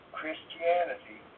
Christianity